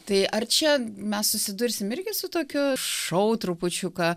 tai ar čia mes susidursim irgi su tokiu šou trupučiuką